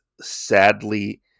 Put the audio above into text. sadly